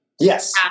Yes